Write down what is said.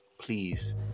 please